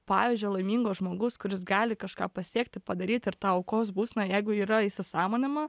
pavyzdžio laimingo žmogus kuris gali kažką pasiekti padaryti ir tą aukos būseną jeigu yra įsisąmonima